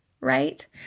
right